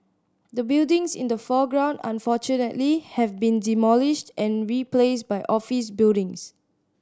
the buildings in the foreground unfortunately have been demolished and replaced by office buildings